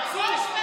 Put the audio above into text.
חצוף.